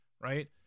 right